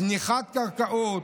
זניחת קרקעות,